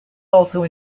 also